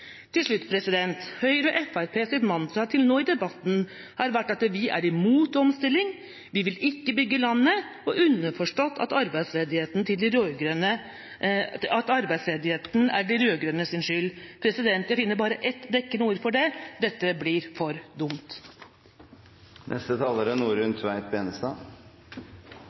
Til slutt: Høyre og Fremskrittspartiets mantra til nå i debatten har vært at vi er imot omstilling, vi vil ikke bygge landet, og, underforstått, at arbeidsledigheten er de rød-grønnes skyld. Jeg finner bare ett dekkende ord for det – det blir for dumt.